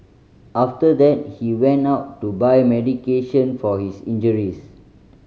after that he went out to buy medication for his injuries